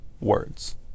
words